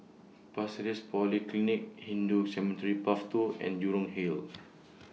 Pasir Ris Polyclinic Hindu Cemetery Path two and Jurong Hill